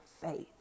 faith